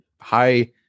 high